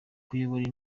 kuyobora